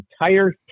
entire